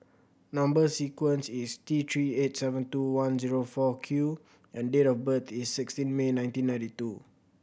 number sequence is T Three eight seven two one zero four Q and date of birth is sixteen May nineteen ninety two